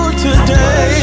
today